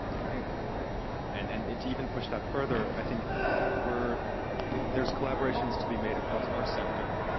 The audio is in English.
i think it's a great question. and and and to even push that further, i think we're there's collaborations to be made across our sector.